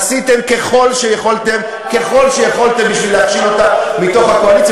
עשיתם ככל שיכולתם בשביל להכשיל אותה מתוך הקואליציה.